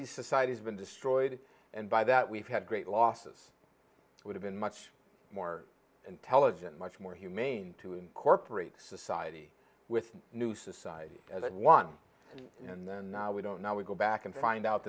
these societies been destroyed and by that we've had great losses it would have been much more intelligent much more humane to incorporate a society with a new society than one and then we don't now we go back and find out